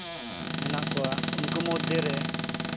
ᱢᱮᱱᱟᱜ ᱠᱚᱣᱟ ᱩᱱᱠᱩ ᱢᱚᱫᱽᱫᱷᱮ ᱨᱮ